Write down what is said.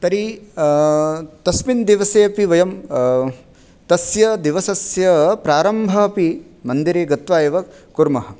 तर्हि तस्मिन् दिवसे अपि वयं तस्य दिवसस्य प्रारम्भः अपि मन्दिरे गत्वा एव कुर्मः